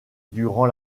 durant